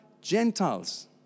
Gentiles